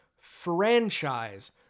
franchise